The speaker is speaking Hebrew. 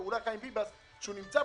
אולי תשאלו